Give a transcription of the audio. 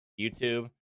YouTube